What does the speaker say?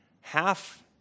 half